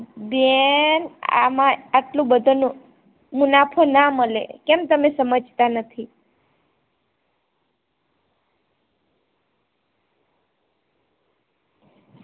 બેન આમાં આટલા બધાનું મુનાફો ન મળે કેમ તમે સમજતા નથી